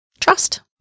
Trust